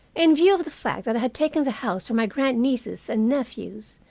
in view of the fact that i had taken the house for my grandnieces and nephews,